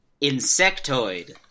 Insectoid